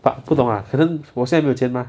but 不懂啦可能我现在没有钱吗